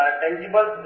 tangible